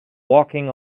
walking